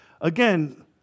again